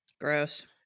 Gross